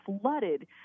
flooded